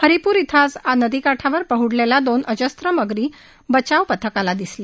हरिपूर इथं आज नदीकाठावर पहडलेल्या दोन अजस्त्र मगरी बचाव पथकाला दिसल्या